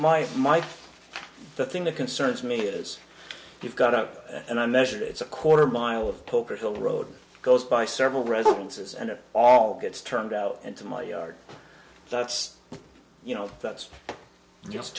mike the thing that concerns me is you've got out and i measured it's a quarter mile of poker hill road goes by several residences and it all gets turned out into my yard that's you know that's just